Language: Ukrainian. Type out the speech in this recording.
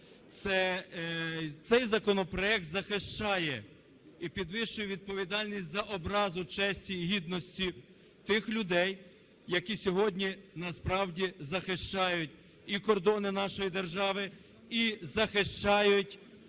Цей законопроект захищає і підвищує відповідальність за образу честі і гідності тих людей, які сьогодні насправді захищають і кордони нашої держави, і захищають